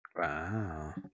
Wow